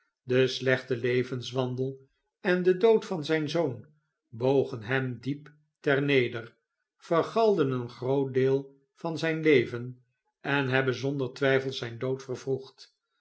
de slechte levenswandel en de dood van zijn zoon bogen hem diep ter neder vergalden een groot deel van zijn leven en hebben zonder twijfel zijn dood vervroegd